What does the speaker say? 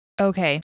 Okay